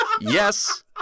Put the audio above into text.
Yes